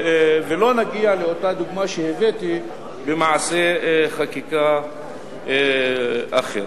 ולא נגיע לאותה דוגמה שהבאתי במעשה חקיקה אחר.